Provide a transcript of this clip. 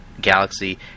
Galaxy